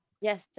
Yes